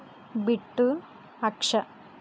bit Aksha